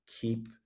keep